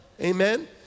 amen